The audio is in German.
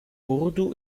urdu